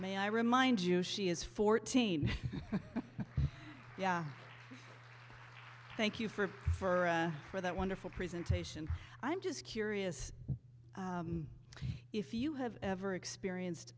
may i remind you she is fourteen yeah thank you for for for that wonderful presentation i'm just curious if you have ever experienced